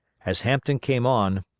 as hampton came on,